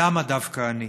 למה דווקא אני.